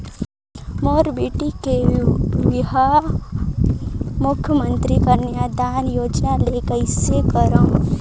मोर बेटी के बिहाव मुख्यमंतरी कन्यादान योजना ले कइसे करव?